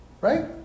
Right